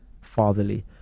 fatherly